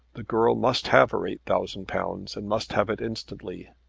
the girl must have her eight thousand pounds and must have it instantly.